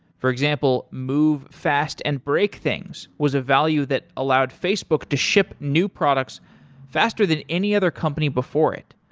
for example, move fast and break things was a value that allowed facebook to ship new products faster than any other company before it.